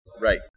right